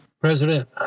President